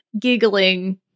giggling